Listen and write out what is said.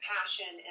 passion